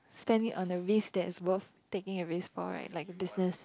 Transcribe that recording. spending on the risk there is worth taking a risk for right like business